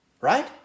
right